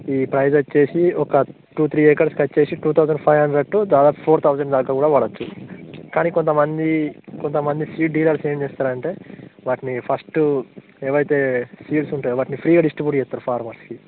ఈ ప్రైస్ వచ్చి ఒక టూ త్రీ ఎకర్స్కి వచ్చి two thousand five hundred to దాదాపు ఫోర్ థౌసండ్ దాకా కూడా పడవచ్చు కానీ కొంతమంది కొంతమంది సీడ్ డీలర్స్ ఏమి చేస్తారు అంటే వాటిని ఫస్ట్ ఏవి అయితే సీడ్స్ ఉంటయో వాటిని ఫ్రీగా డిస్ట్రిబ్యూట్ చేస్తారు ఫార్మర్స్కి